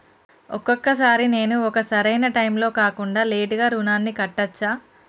ఒక్కొక సారి నేను ఒక సరైనా టైంలో కాకుండా లేటుగా రుణాన్ని కట్టచ్చా?